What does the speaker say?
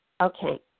Okay